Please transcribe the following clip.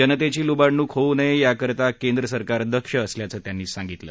जनतेची लुबाडणूक होऊ नये याकरता केंद्रसरकार दक्ष असल्याचं त्यांनी सांगितलं